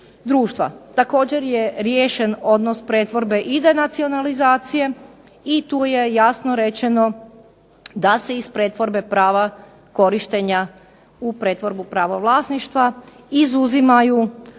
Također je riješen odnos pretvorbe i denacionalizacije i tu je jasno rečeno da se iz pretvorbe prava korištenja u pretvorbu prava vlasništva izuzimaju